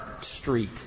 street